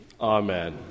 Amen